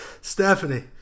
Stephanie